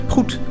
Goed